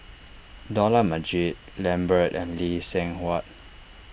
Dollah Majid Lambert and Lee Seng Huat